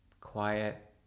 quiet